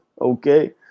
Okay